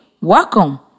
welcome